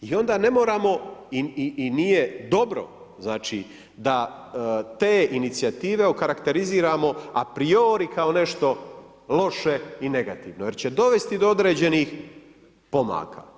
I onda ne moramo i nije dobro da te inicijative okarakteriziramo a priori kao nešto loše i negativno jer će dovesti do određenih pomaka.